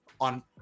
on